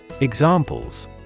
Examples